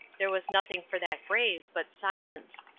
there was nothing for that grave but silence.